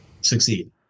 succeed